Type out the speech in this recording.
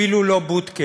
אפילו לא בודקה.